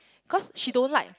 cause she don't like